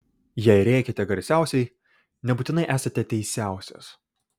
jei rėkiate garsiausiai nebūtinai esate teisiausias